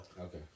Okay